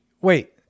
wait